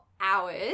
hours